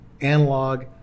analog